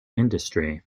industry